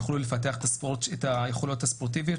יוכלו לפתח את היכולות הספורטיביות